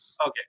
Okay